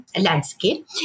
landscape